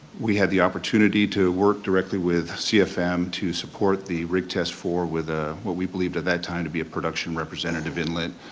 we had the opportunity to work directly with cfm to support the rig test four with ah what we believed at that time to be a production representative inlet,